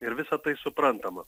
ir visa tai suprantama